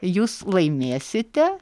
jūs laimėsite